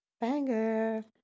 Banger